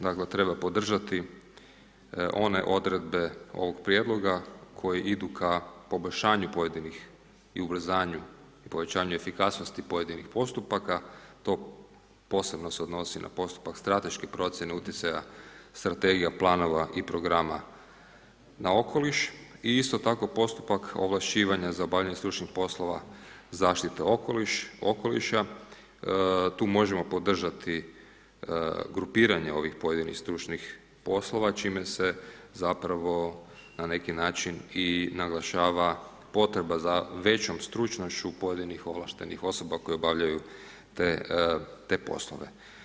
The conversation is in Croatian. Dakle, treba podržati one odredbe ovog prijedloga koje idu ka poboljšanju pojedinih i ubrzanju, povećanju efikasnosti pojedinih postupaka, to posebno se odnosi na postupak strateške procjene utjecaja, strategija, planova i programa na okoliš i isto tako postupak ovlašćivanja za obavljanje stručnih poslova zaštite okoliša, tu možemo podržati grupiranje ovih pojedinih stručnih poslova čime se zapravo na neki način i naglašava potreba za većom stručnošću pojedinih ovlaštenih osoba koje obavljaju te poslove.